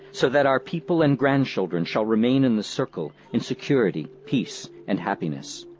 so that our people and grandchildren shall remain in the circle in security, peace and happiness.